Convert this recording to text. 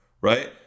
right